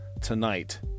tonight